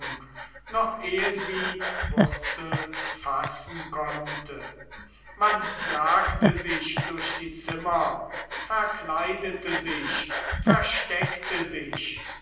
noch ehe sie wurzel fassen konnte man jagte sich durch die zimmer verkleidete sich versteckte sich